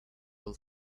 will